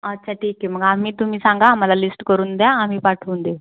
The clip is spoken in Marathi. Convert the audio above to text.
अच्छा ठीक आहे मग आम्ही तुम्ही सांगा आम्हाला लिस्ट करून द्या आम्ही पाठवून देऊ